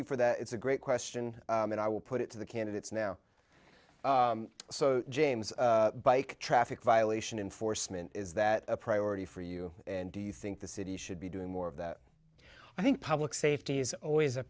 you for that it's a great question and i will put it to the candidates now so james bike traffic violation in foresman is that a priority for you and do you think the city should be doing more of that i think public safety is always a